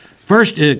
First